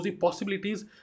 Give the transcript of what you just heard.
possibilities